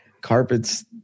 carpets